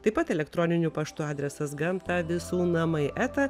taip pat elektroniniu paštu adresas gamta visų namai eta